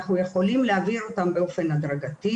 אנחנו יכולים להעביר אותם באופן הדרגתי